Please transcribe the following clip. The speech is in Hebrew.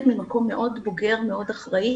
שמעתי את איתי מדבר על איזה שהוא תקן ברשות המקומית,